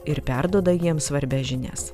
ir perduoda jiems svarbias žinias